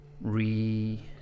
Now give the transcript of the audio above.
re